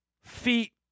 feet